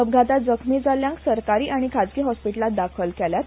अपघातांत जखमी जाल्ल्यांक सरकारी आनी खाजगी हॉस्पिटलांत दाखल केल्यात